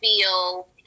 feel